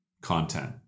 content